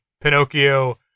Pinocchio